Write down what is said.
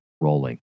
rolling